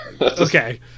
Okay